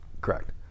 correct